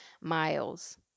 miles